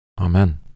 Amen